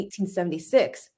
1876